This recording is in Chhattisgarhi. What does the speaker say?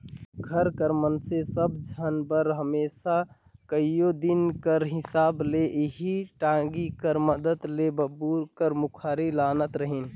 घर कर मइनसे सब झन बर हमेसा कइयो दिन कर हिसाब ले एही टागी कर मदेत ले बबूर कर मुखारी लानत रहिन